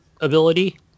ability